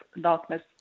darkness